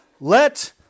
Let